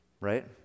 right